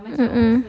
mm mm mm